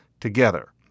together